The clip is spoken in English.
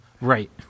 Right